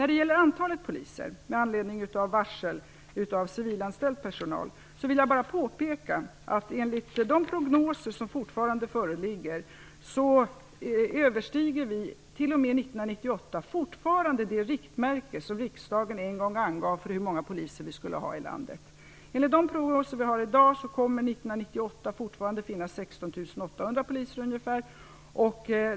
När det gäller antalet poliser vill jag, med anledning av varslen av civilanställd personal, bara påpeka att vi enligt de prognoser som föreligger fortfarande överstiger det riktmärke som riksdagen en gång angav för hur många poliser vi skall ha landet. Enligt de prognoser vi har i dag kommer det 1998 fortfarande att finnas ungefär 16 800 poliser.